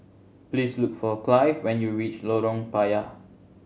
please look for Clive when you reach Lorong Payah